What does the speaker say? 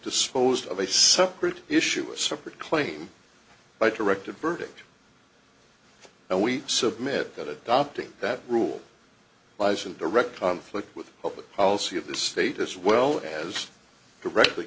disposed of a separate issue a separate claim by directed verdict and we submit that adopting that rule lies in direct conflict with public policy of the state as well as directly